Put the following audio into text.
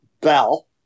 bell